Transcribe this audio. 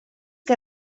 que